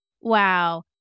Wow